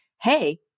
hey